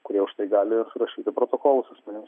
kurie už tai gali surašyti protokolus asmenims